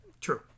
True